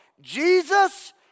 Jesus